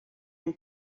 dem